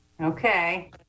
Okay